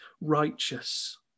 righteous